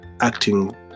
acting